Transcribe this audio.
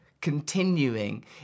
continuing